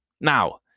Now